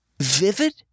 vivid